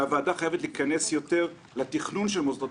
והוועדה חייבת להיכנס יותר לתכנון של מוסדות